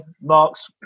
Mark's